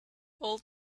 old